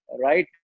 right